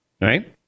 right